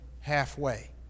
halfway